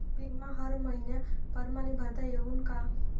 बिमा हर मइन्या परमाने भरता येऊन का?